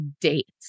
dates